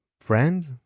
friend